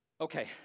Okay